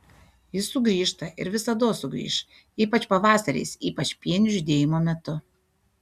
jis sugrįžta ir visados sugrįš ypač pavasariais ypač pienių žydėjimo metu